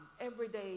everyday